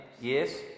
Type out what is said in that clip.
Yes